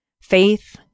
faith